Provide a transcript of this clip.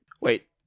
Wait